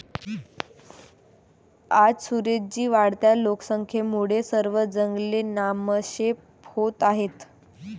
आज सुरेश जी, वाढत्या लोकसंख्येमुळे सर्व जंगले नामशेष होत आहेत